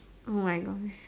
oh my gosh